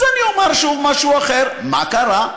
אז אני אומַר שוב משהו אחר, מה קרה.